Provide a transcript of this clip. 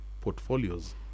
portfolios